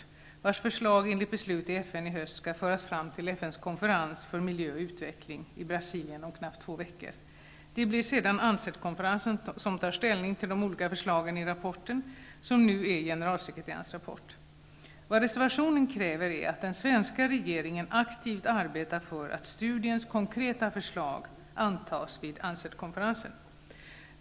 Förslagen i rapporten skall enligt beslut i FN i höst föras fram till FN:s konferens för miljö och utveckling i Brasilien om knappt två veckor. Det blir sedan UNCED-konferensen som skall ta ställning till de olika förslagen i rapporten, som nu är generalsekreterarens rapport. Vad man i reservationen kräver är att den svenska regeringen aktivt arbetar för att studiens konkreta förslag antas vid UNCED-konferensen.